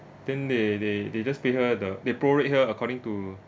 then they they they just pay her the they prorate her according to